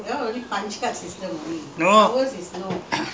you come back nowadays eight அன்னிக்கு:anniku eight thirty